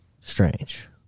Strange